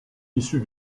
issu